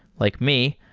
like me,